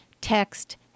text